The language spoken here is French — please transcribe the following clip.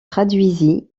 traduisit